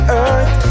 earth